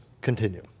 continue